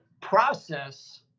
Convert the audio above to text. process